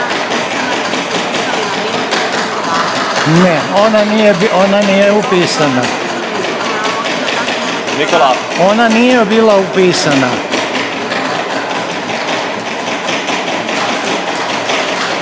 Ona nije bila upisana.